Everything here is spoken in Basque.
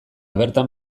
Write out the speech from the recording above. bertan